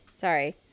sorry